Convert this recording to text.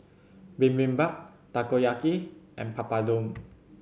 Bibimbap Takoyaki and Papadum